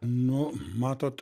nu matot